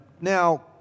now